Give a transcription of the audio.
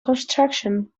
construction